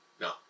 No